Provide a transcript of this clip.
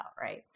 right